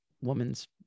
woman's